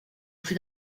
plus